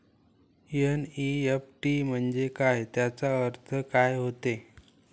NEFT म्हंजे काय, त्याचा अर्थ काय होते?